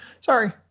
Sorry